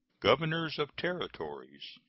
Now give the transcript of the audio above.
governors of territories,